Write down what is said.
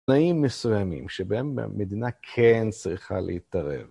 תנאים מסוימים שבהם המדינה כן צריכה להתערב.